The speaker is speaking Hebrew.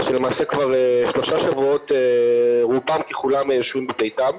שלמעשה כבר שלושה שבועות רובם ככולם יושבים בביתם.